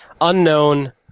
unknown